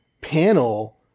panel